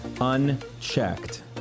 unchecked